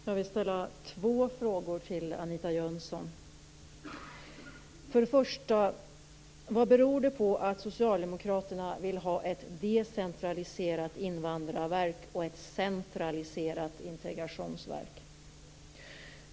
Fru talman! Jag vill ställa två frågor till Anita För det första: Vad beror det på att Socialdemokraterna vill ha ett decentraliserat invandrarverk och ett centraliserat integrationsverk?